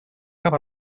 cap